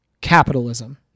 capitalism